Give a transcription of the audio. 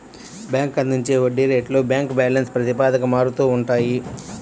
bank అందించే వడ్డీ రేట్లు బ్యాంక్ బ్యాలెన్స్ ప్రాతిపదికన మారుతూ ఉంటాయి